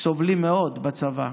סובלים מאוד בצבא,